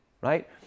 right